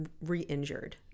re-injured